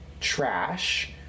trash